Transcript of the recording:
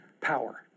power